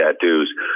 tattoos